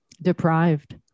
deprived